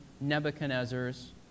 Nebuchadnezzar's